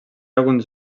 alguns